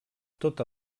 tota